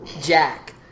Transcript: Jack